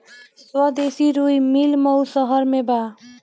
स्वदेशी रुई मिल मऊ शहर में बा